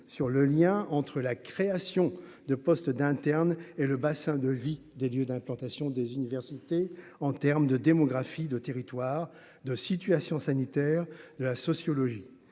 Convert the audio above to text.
sur le lien entre la création de postes d'internes et le bassin de vie, des lieux d'implantation des universités en terme de démographie de territoire de situation sanitaire de la sociologie,